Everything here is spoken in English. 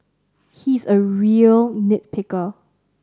he is a real nit picker